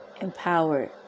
empowered